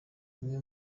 rimwe